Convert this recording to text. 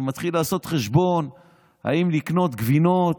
אתה מתחיל לעשות חשבון אם לקנות גבינות